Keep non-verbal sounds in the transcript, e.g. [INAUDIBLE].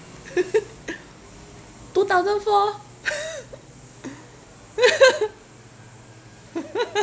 [LAUGHS] two thousand four [LAUGHS]